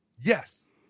Yes